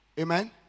Amen